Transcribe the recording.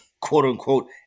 quote-unquote